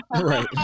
right